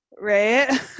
Right